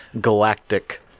galactic